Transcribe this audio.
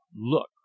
look